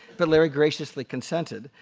but larry graciously consented,